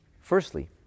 Firstly